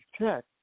check